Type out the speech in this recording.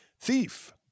thief